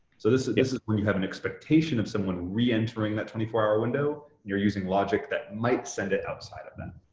so this is when you have an expectation of someone reentering that twenty four hour window. you're using logic that might send it outside of that